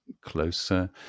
closer